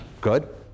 Good